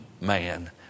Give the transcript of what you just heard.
man